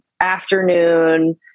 afternoon